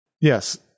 Yes